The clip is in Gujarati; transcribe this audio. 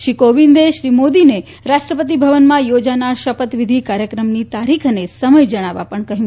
શ્રી કોવિંદે શ્રી મોદીને રાષ્ટ્રપતિ ભવનમાં યોજાનાર શપથવિધિ કાર્યક્રમની તારીખ અને સમય જણાવવા પણ કહ્યું